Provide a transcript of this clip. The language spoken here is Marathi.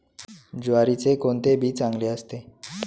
ज्वारीचे कोणते बी चांगले असते?